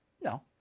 No